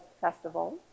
festival